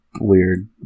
weird